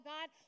God